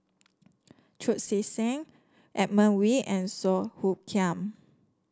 Chu Chee Seng Edmund Wee and Song Hoot Kiam